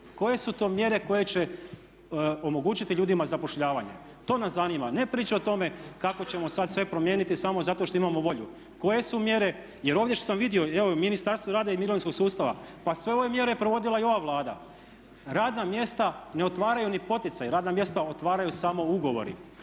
koje su to mjere koje će omogućiti ljudima zapošljavanje, to nas zanima a ne priča o tome kako ćemo sada sve promijeniti samo zato što imamo volju. Koje su mjere, jer ovdje što sam vidio evo i u Ministarstvu rada i mirovinskog sustava, pa sve ove mjere provodila je i ova Vlada. Radna mjesta ne otvaraju ni poticaj, radna mjesta otvaraju samo ugovori.